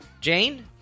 Jane